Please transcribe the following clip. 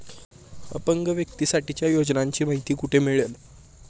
अपंग व्यक्तीसाठीच्या योजनांची माहिती कुठे मिळेल?